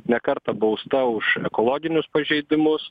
ne kartą bausta už ekologinius pažeidimus